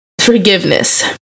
forgiveness